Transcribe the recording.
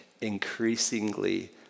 increasingly